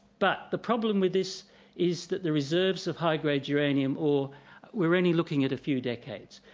but the problem with this is that the reserves of high-grade uranium ore we're only looking at a few decades.